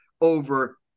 over